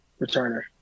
returner